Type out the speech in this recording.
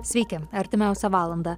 sveiki artimiausią valandą